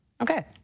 okay